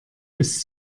ist